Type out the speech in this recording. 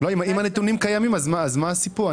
אם הנתונים קיימים אז מה הסיפור?